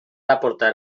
aportar